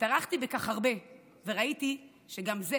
טרחתי בכך הרבה, וראיתי שגם זה